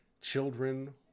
children